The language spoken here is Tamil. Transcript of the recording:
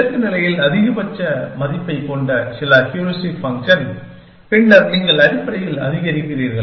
இலக்கு நிலையில் அதிகபட்ச மதிப்பைக் கொண்ட சில ஹூரிஸ்டிக் ஃபங்க்ஷன் பின்னர் நீங்கள் அடிப்படையில் அதிகரிக்கிறீர்கள்